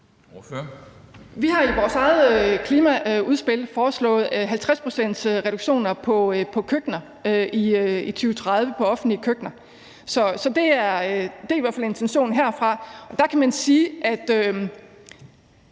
Vi har i vores eget klimaudspil foreslået 50-procentsreduktioner på offentlige køkkener i 2030, så det er i hvert fald intentionen herfra. På nær to